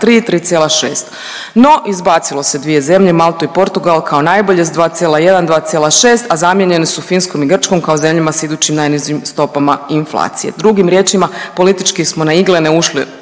3,6, no izbacilo se dvije zemlje Maltu i Portugal kao najbolje s 2,1, 2,6, a zamijenjene su Finskom i Grčkom kao zemljama s idućim najnižim stopama inflacije. Drugim riječima, politički smo na iglene uši